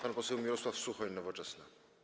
Pan poseł Mirosław Suchoń, Nowoczesna.